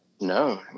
no